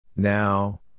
Now